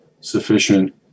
sufficient